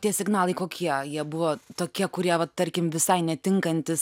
tie signalai kokie jie buvo tokie kurie va tarkim visai netinkantys